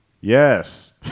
yes